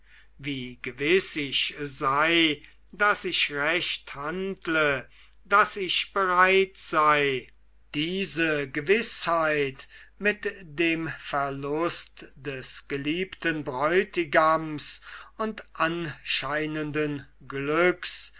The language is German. wie gewiß ich sei daß ich recht handle daß ich bereit sei diese gewißheit mit dem verlust des geliebten bräutigams und anscheinenden glücks